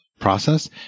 process